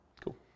Cool